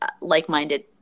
like-minded